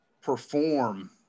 perform